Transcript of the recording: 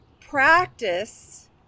Practice